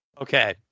Okay